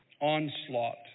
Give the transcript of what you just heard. onslaught